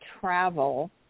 travel